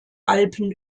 alpen